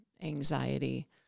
anxiety